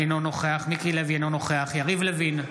אינו נוכח מיקי לוי, אינו נוכח יריב לוין,